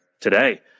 today